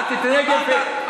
רק תתנהג יפה.